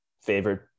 favorite